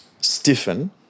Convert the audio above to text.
stiffen